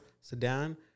sedan